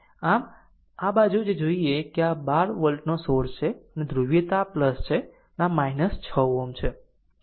આમ આ એક આ બાજુ જો જોઈએ કે આ 12 વોલ્ટનો સોર્સ છે અને ધ્રુવીયતા છે આ આ 6 Ω છે